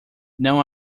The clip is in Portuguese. não